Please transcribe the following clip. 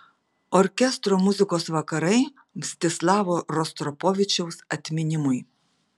orkestro muzikos vakarai mstislavo rostropovičiaus atminimui